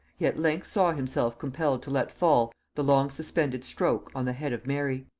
he at length saw himself compelled to let fall the long suspended stroke on the head of mary.